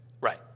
Right